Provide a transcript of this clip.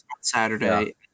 Saturday